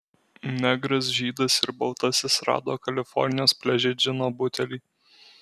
negras žydas ir baltasis rado kalifornijos pliaže džino butelį